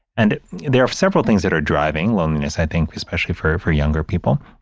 and there are several things that are driving loneliness, i think, especially for, for younger people.